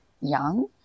young